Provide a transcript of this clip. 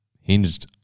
Hinged